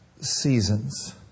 seasons